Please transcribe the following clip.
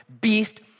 beast